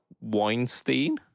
Weinstein